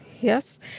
Yes